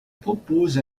propose